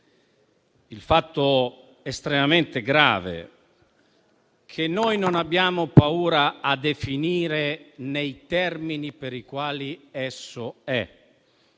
il fatto estremamente grave che noi non abbiamo paura di definire nei termini in cui è: